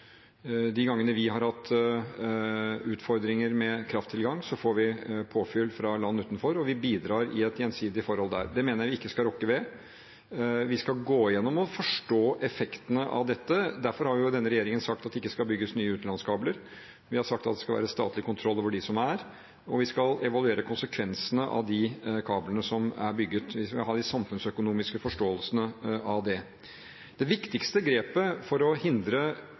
De gangene vi har utfordringer med krafttilgang, får vi påfyll fra land utenfor, og vi bidrar i et gjensidig forhold. Det mener jeg vi ikke skal rokke ved. Vi skal gå gjennom og forstå effektene av dette. Derfor har denne regjeringen sagt at det ikke skal bygges nye utenlandskabler, vi har sagt at det skal være statlig kontroll over de kablene som er, og vi skal evaluere konsekvensene av de kablene som er bygget. Vi skal ha de samfunnsøkonomiske forståelsene av dette. Det viktigste grepet for å hindre